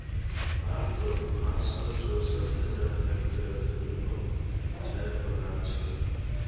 भारतोत पाँच सौ चौंसठ हज़ार हेक्टयर ज़मीनोत चायेर बगान छे